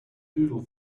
doodle